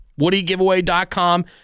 WoodyGiveaway.com